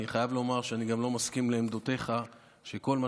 אני חייב לומר שאני גם לא מסכים עם עמדותיך שכל מה